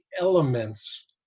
elements